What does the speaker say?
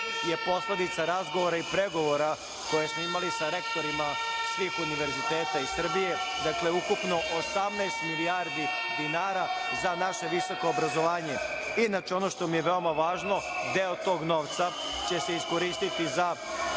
je posledica razgovora i pregovora koje smo imali sa rektorima svih univerziteta iz Srbije, dakle ukupno 18 milijardi dinara za naše visoko obrazovanje. Inače, ono što mi je veoma važno, deo tog novca će se iskoristiti za